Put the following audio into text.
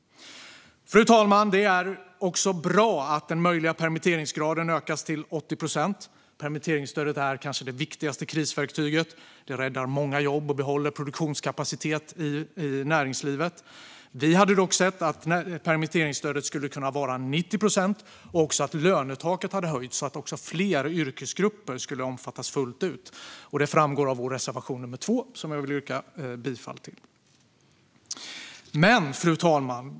Fru talman! Det är också bra att den möjliga permitteringsgraden utökas till 80 procent. Permitteringsstödet är kanske det viktigaste krisverktyget. Det räddar många jobb och behåller produktionskapacitet i näringslivet. Vi hade dock velat se att permitteringsstödet kunde ha varit 90 procent och också att lönetaket hade höjts, så att fler yrkesgrupper skulle omfattas fullt ut. Detta framgår av vår reservation nr 2, som jag vill yrka bifall till. Fru talman!